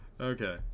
okay